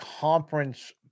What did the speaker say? conference